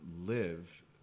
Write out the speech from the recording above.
live